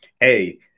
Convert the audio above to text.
Hey